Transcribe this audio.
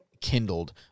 kindled